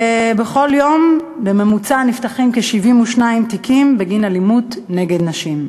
ובכל יום נפתחים בממוצע 72 תיקים בגין אלימות נגד נשים.